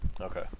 Okay